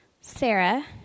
Sarah